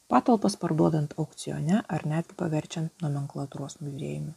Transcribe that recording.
patalpas parduodant aukcione ar net paverčiant nomenklatūros muziejumi